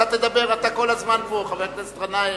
אתה תדבר, אתה כל הזמן פה, חבר הכנסת גנאים.